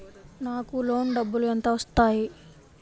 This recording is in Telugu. నాకు లోన్ డబ్బులు ఎంత వస్తాయి?